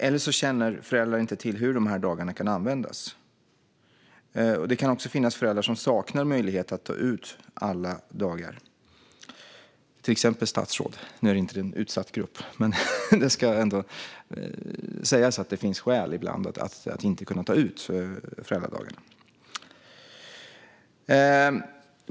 Det kan vara så att föräldrar inte känner till hur dessa dagar kan användas. Det kan också finnas föräldrar som saknar möjlighet att ta ut alla dagar - till exempel statsråd, även om detta inte är en utsatt grupp. Det ska sägas att det ibland finns skäl till att föräldrar inte kan ta ut föräldradagarna.